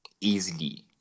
easily